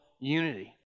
unity